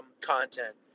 content